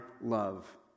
love